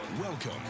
Welcome